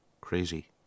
crazy